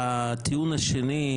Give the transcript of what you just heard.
שהטיעון השני,